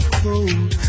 cold